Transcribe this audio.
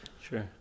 Sure